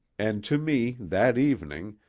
and to me that evening,